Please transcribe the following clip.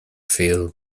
feel